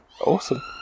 awesome